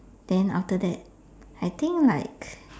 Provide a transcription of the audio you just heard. then after that I think like